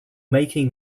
making